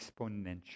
exponential